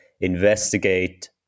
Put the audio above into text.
investigate